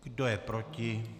Kdo je proti?